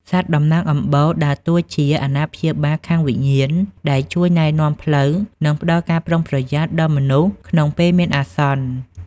សត្វតំណាងអំបូរដើរតួជា "អាណាព្យាបាលខាងវិញ្ញាណ" ដែលជួយណែនាំផ្លូវ និងផ្តល់ការប្រុងប្រយ័ត្នដល់មនុស្សក្នុងពេលមានអាសន្ន។